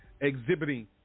exhibiting